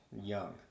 young